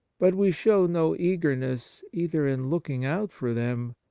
but we show no eagerness either in looking out for them,